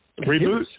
Reboot